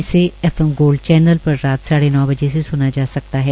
इसे FM gold channel पर रात साढ़े नौ बजे से सुना जा सकता है